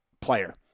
player